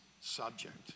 subject